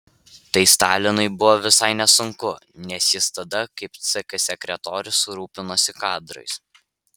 tai stalinui buvo visai nesunku nes jis tada kaip ck sekretorius rūpinosi kadrais